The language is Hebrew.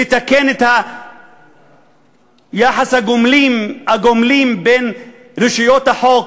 לתקן את יחסי הגומלין בין רשויות החוק,